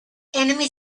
enemy